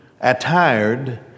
attired